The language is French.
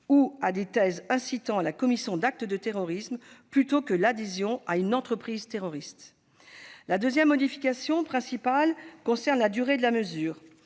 ou à des thèses incitant à la commission d'actes de terrorisme, plutôt que l'adhésion à une entreprise terroriste. La deuxième modification principale concerne la durée de la mesure.